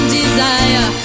desire